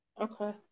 Okay